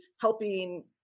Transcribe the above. helping